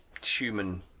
human